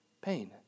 pain